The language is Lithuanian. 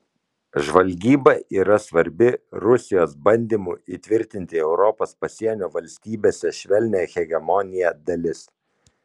žvalgyba yra svarbi rusijos bandymų įtvirtinti europos pasienio valstybėse švelnią hegemoniją dalis